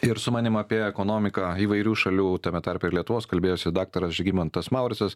ir su manim apie ekonomiką įvairių šalių tame tarpe ir lietuvos kalbėjosi daktaras žygimantas mauricas